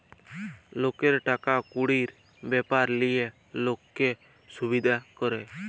লকের টাকা কুড়ির ব্যাপার লিয়ে লক্কে সুবিধা ক্যরে